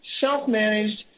self-managed